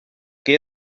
que